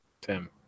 Tim